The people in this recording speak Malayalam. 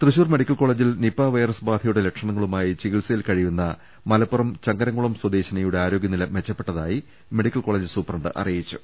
തൃശൂർ മെഡിക്കൽ കോളജിൽ നിപ വൈറസ് ബാധയുടെ ലക്ഷണങ്ങളുമായി ചികിത്സയിൽ കഴിയുന്ന മലപ്പുറം ചങ്ങരംകുളം സ്വദേശിനിയുടെ ആരോഗ്യനില മെച്ചപ്പെട്ടതായി മെഡിക്കൽ കോളജ് സൂപ്രണ്ട് അറിയിച്ചു